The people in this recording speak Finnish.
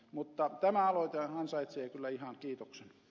mutta tämä aloite ansaitsee kyllä ihan kiitoksen